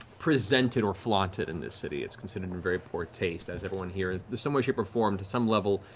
presented or flaunted in this city. it's considered in very poor taste as everyone here is in some way, shape or form, to some level,